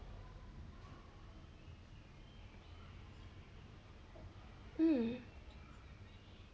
um